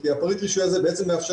כי פריט הרישוי הזה מאפשר